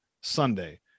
Sunday